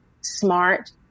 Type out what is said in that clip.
smart